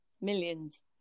Millions